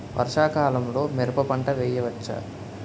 వర్షాకాలంలో మిరప పంట వేయవచ్చా?